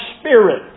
spirit